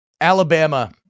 Alabama